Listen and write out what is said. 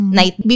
night